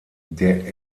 der